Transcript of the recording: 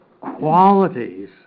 qualities